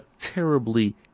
terribly